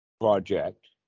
project